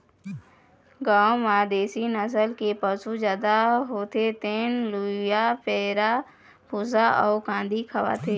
गाँव म देशी नसल के पशु जादा होथे तेन ल लूवय पैरा, भूसा अउ कांदी खवाथे